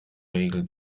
regel